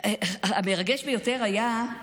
המרגש ביותר היה,